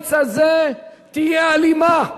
בקיץ הזה תהיה אלימה,